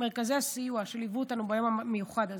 מרכזי הסיוע שליוו אותנו ביום המיוחד הזה,